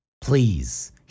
please